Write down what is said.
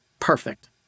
perfect